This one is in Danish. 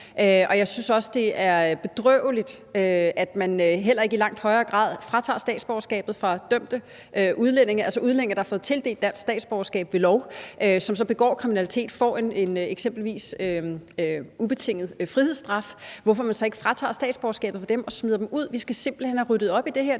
sig. Jeg synes også, at det er bedrøveligt, at man heller ikke i langt højere grad fratager statsborgerskabet fra dømte udlændinge, altså udlændinge, der har fået tildelt dansk statsborgerskab ved lov, og som så begår kriminalitet og eksempelvis får en ubetinget frihedsstraf. Hvorfor fratager man så ikke statsborgerskabet fra dem og smider dem ud? Vi skal simpelt hen have ryddet op i det her.